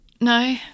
No